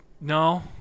No